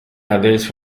others